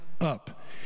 up